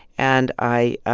and i